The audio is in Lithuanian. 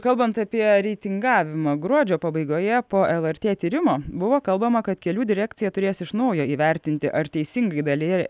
kalbant apie reitingavimą gruodžio pabaigoje po lrt tyrimo buvo kalbama kad kelių direkcija turės iš naujo įvertinti ar teisingai dalyje